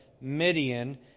Midian